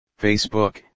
Facebook